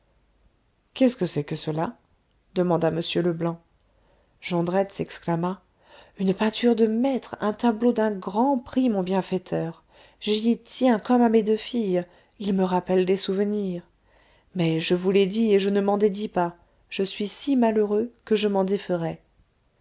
qu'est-ce que c'est que cela demanda m leblanc jondrette s'exclama une peinture de maître un tableau d'un grand prix mon bienfaiteur j'y tiens comme à mes deux filles il me rappelle des souvenirs mais je vous l'ai dit et je ne m'en dédis pas je suis si malheureux que je m'en déferais